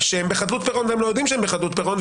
שהם בחדלות פירעון והם לא יודעים שהם בחדלות פירעון,